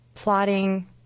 Plotting